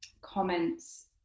comments